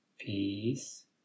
Peace